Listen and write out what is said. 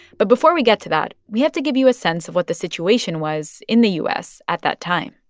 but before we get to that, we have to give you a sense of what the situation was in the u s. at that time